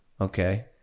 Okay